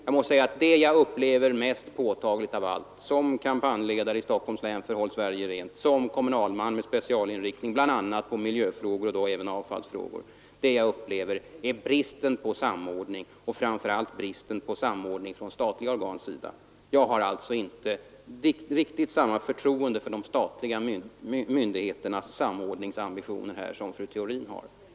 Jag upplever mest påtagligt av allt — som kampanjledare i Stockholms län för Håll Sverige rent och som kommunalman med specialinriktning bl.a. på miljöfrågor och då även avfallsfrågor — bristen på samordning och framför allt bristen på samordning från statliga organs sida. Jag har alltså inte riktigt samma förtroende för de statliga myndigheternas samordningsam bitioner därvidlag som fru Theorin har.